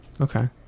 Okay